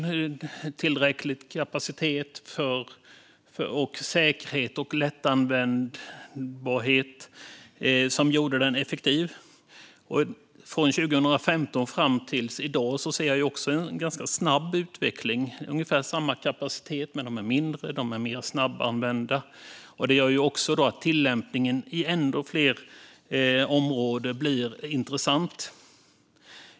Det var tillräcklig kapacitet och säkerhet. Och den var lättanvänd. Detta gjorde den effektiv. Från 2015 fram till i dag har jag sett en ganska snabb utveckling. Det är ungefär samma kapacitet, men de är mindre. De är mer snabbanvända. Detta gör att det blir intressant att tillämpa dem på ännu fler områden.